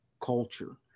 culture